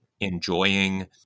enjoying